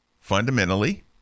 fundamentally